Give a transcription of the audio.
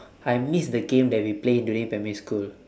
I miss the game that we play during primary school